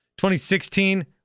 2016